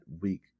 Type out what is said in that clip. week